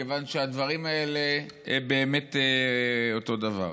כיוון שהדברים האלה הם באמת אותו דבר.